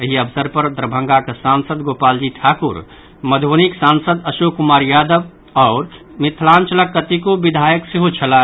एहि अवसर पर दरभंगाक सांसद गोपाल जी ठाकुर मधुबनीक सांसद अशोक कुमार यादव आओर मिथिलांचलक कतेको विधायक सेहो छलाह